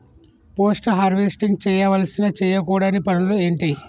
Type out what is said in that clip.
Post harvesting చేయవలసిన చేయకూడని పనులు ఏంటి?